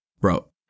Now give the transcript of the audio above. bro